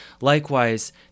Likewise